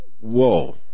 whoa